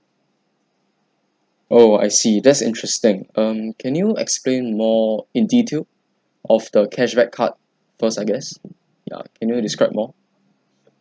oh I see that's interesting um can you explain more in detail of the cashback card first I guess ya can you describe more